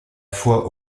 fois